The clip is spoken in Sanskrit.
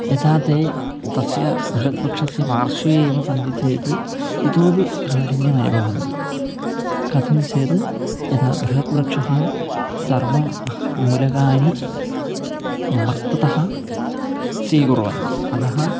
यथा ते तस्य बृहत् वृक्षस्य पार्श्वे एव सन्ति चेत् इतोपि काठिन्यमनुभवन्ति कथं चेद् यथा बृहत् वृक्षः सर्वमूलकानि मृतः तः स्वीकुर्वन्ति अतः